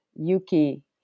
yuki